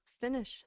finish